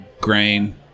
grain